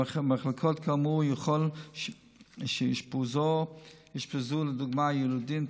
במחלקות כאמור יכול שיאושפזו לדוגמה יילודים,